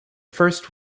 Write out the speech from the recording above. first